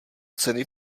ceny